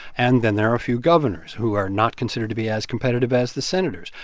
and then there are a few governors, who are not considered to be as competitive as the senators.